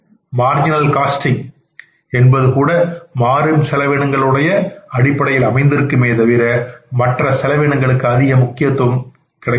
விளிம்புநிலை செலவு கணக்கியல் என்பதுகூட மாறும் செலவினங்களின் உடைய அடிப்படையில் அமைந்திருக்குமே தவிர மற்ற செலவினங்களுக்கு அதிக முக்கியத்துவம் கொடுக்க முடியாது